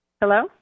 Hello